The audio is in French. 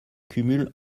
cumul